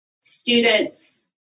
students